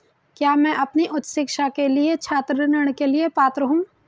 क्या मैं अपनी उच्च शिक्षा के लिए छात्र ऋण के लिए पात्र हूँ?